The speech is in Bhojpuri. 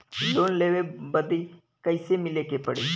लोन लेवे बदी कैसे मिले के पड़ी?